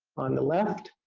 on the left,